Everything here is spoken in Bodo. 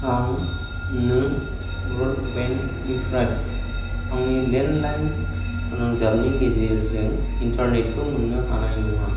आं नों ब्रडबेन्डनिफ्राय आंनि लेन्डलाइन फोनांजाबनि गेजेरजों इन्टारनेटखौ मोन्नो हानाय नङा